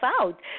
out